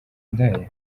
ndaya